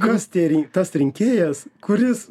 kas tie rin tas rinkėjas kuris